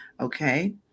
Okay